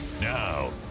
now